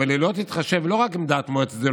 אבל היא לא תתחשב לא רק בדעת מועצת גדולי